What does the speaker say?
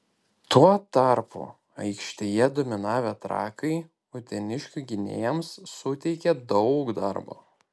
tuo tarpu aikštėje dominavę trakai uteniškių gynėjams suteikė daug darbo